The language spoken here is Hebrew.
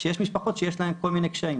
שיש משפחות שיש להם כל מיני קשיים,